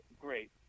great